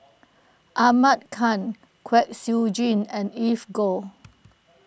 Ahmad Khan Kwek Siew Jin and Evelyn Goh